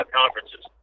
conferences